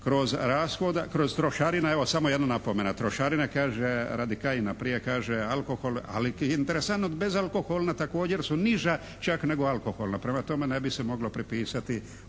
Kroz trošarine, evo samo jednu napomenu. Trošarina kaže, radi Kajina. Prije kaže alkohol, ali je interesantno bezalkoholna također su niža čak nego alkoholna. Prema tome ne bi se moglo prepisati